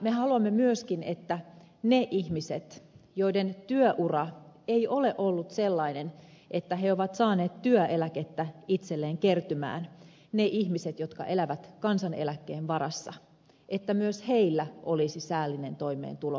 me haluamme myöskin että niillä ihmisillä joiden työura ei ole ollut sellainen että he olisivat saaneet työeläkettä itselleen kertymään niillä jotka elävät kansaneläkkeen varassa olisi säällinen toimeentulo vanhuuden päivinä